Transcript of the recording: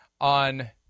on